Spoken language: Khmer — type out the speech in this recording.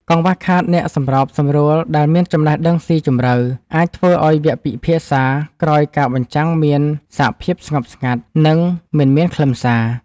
កង្វះខាតអ្នកសម្របសម្រួលដែលមានចំណេះដឹងស៊ីជម្រៅ អាចធ្វើឱ្យវគ្គពិភាក្សាក្រោយការបញ្ចាំងមានសភាពស្ងប់ស្ងាត់ និងមិនមានខ្លឹមសារ។